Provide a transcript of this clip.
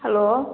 hello